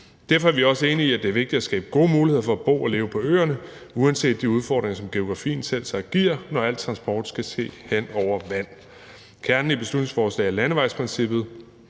Derfor er vi også enige i, at det er vigtigt at skabe gode muligheder for at bo og leve på øerne uanset de udfordringer, som geografien selvsagt giver, når al transport skal ske hen over vand. Kernen i beslutningsforslaget er landevejsprincippet,